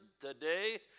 today